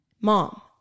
mom